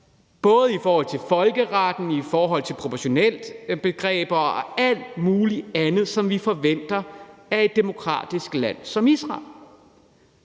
både i forhold til folkeretten og i forhold til begreber om proportionalitet og alt muligt andet, som vi forventer af et demokratisk land som Israel.